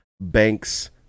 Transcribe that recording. banks